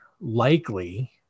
likely